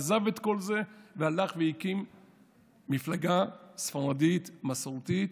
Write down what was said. עזב את כל זה והקים מפלגה ספרדית מסורתית